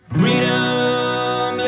freedom